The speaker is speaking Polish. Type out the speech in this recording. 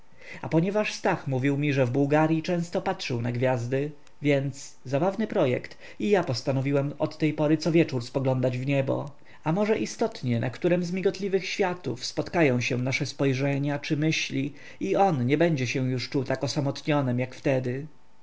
a ponieważ stach mówił mi że w bułgaryi często patrzył na gwiazdy więc zabawny projekt i ja postanowiłem od tej pory cowieczór spoglądać w niebo a może istotnie na którem z migotliwych świateł spotkają się nasze spojrzenia czy myśli i on nie będzie czuł się już tak osamotnionym jak wtedy